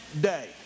day